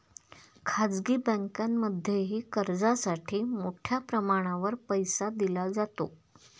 खाजगी बँकांमध्येही कर्जासाठी मोठ्या प्रमाणावर पैसा दिला जातो